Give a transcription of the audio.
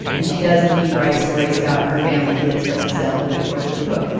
and she does indeed write stories about her family that start to sell over the course of the book.